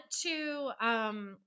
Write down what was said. to-